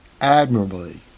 admirably